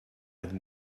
had